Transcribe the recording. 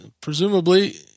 Presumably